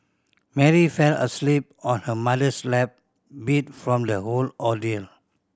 Mary fell asleep on her mother's lap beat from the whole ordeal